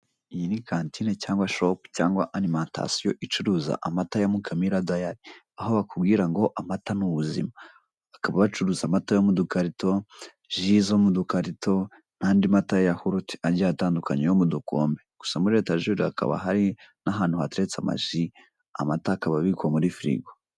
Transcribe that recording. Iyi ni kantine cyangwa shop cyangwa alimentation icuruza amata ya Mukamira dairy, aho bakubwira ngo amata ni ubuzima. Bakaba bacuruza amata yo mu dukarito, ji zo mo dukarito n'andi mata ya yahurute agiye atandukanye yo mu dukombe. Gusa muri etajeri hakaba hari n'ahantu hatetse amaji, amata akaba abikwa muri firigo.